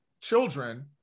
children